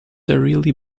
really